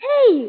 Hey